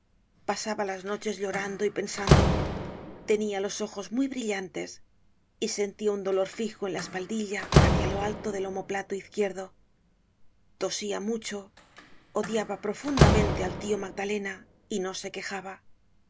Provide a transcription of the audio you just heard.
pasaba las noches llorando y pensando tenia los ojos muy brillantes y sentia un dolor fijo en la espaldilla hácia lo alto del omoplato izquierdo tosia mucho odiaba profundamente al tio magdalena y no se quejaba